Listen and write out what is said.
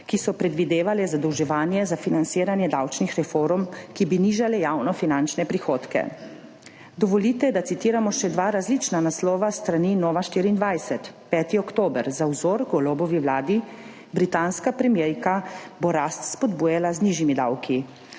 ki so predvidevale zadolževanje za financiranje davčnih reform, ki bi nižale javnofinančne prihodke.« Dovolite, da citiramo še dva različna naslova s strani Nova24, 5. oktober, »Za vzor Golobovi vladi, britanska premierka bo rast spodbujala z nižjimi davki.«